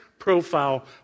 Profile